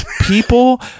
People